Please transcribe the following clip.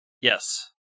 Yes